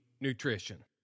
nutrition